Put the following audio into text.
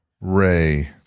Ray